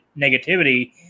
negativity